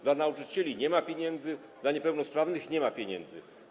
Dla nauczycieli nie ma pieniędzy, dla niepełnosprawnych nie ma pieniędzy.